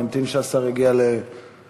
אני אמתין שהשר יגיע למקומו.